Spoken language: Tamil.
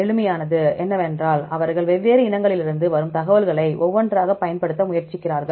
எளிமையானது என்னவென்றால் அவர்கள் வெவ்வேறு இனங்களிலிருந்து வரும் தகவல்களை ஒன்றாகப் பயன்படுத்த முயற்சிக்கிறார்கள்